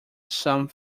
some